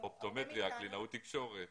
אופטומטריה, קלינאות תקשורת.